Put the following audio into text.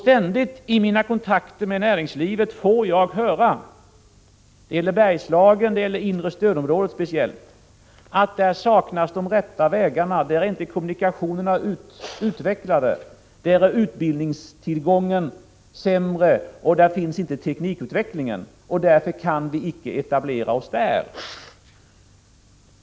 Vid mina kontakter med näringslivet får jag ständigt höra — det gäller speciellt Bergslagen och inre stödområdet — att där saknas de rätta vägarna, där är inte kommunikationerna utvecklade, där är utbildningstillgången sämre, där finns inte teknikutvecklingen och därför anser man att man inte kan etablera sig där.